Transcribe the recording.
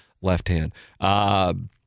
left-hand